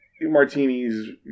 martinis